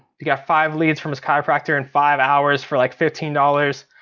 he got five leads from his chiropractor and five hours for like fifteen dollars.